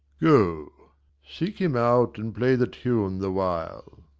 go seek him out, and play the tune the while.